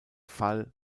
fall